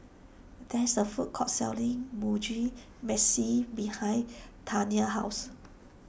there is a food court selling Mugi Meshi behind Taina's house